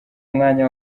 mwanya